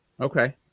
Okay